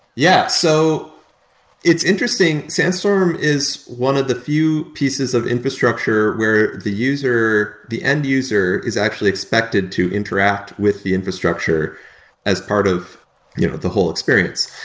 yeah. so it's interesting, sandstorm is one of the few pieces of infrastructure where the end-user the end-user is actually expected to interact with the infrastructure as part of you know the whole experience.